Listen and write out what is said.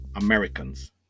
Americans